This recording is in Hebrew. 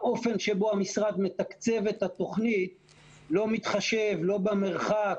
האופן שבו המשרד מתקצב את התוכנית לא מתחשב לא במרחק,